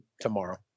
tomorrow